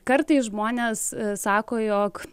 kartais žmonės sako jog